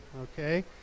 Okay